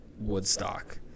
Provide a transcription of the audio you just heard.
woodstock